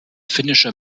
finnische